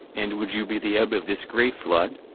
and would you be the ebb of this great flood?